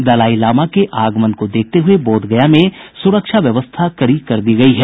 दलाई लामा के आगमन को देखते हुये बोधगया में सुरक्षा व्यवस्था कड़ी कर दी गयी है